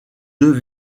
deux